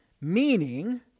meaning